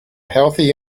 healthy